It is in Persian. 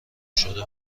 شده